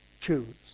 choose